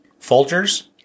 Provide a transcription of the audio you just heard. Folgers